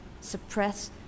suppress